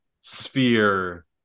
sphere